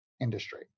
Industry